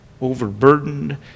overburdened